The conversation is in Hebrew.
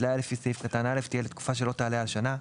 התליה לפי סעיף קטן (א) תהיה לתקופה שלא תעלה על שנה,